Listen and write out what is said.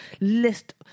list